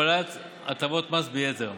ולקבלת הטבות מס ביתר.